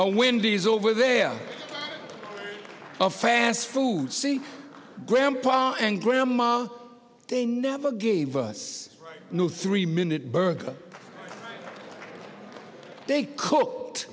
a windies over there a fast food scene grandpa and grandma they never gave us a new three minute burger they cook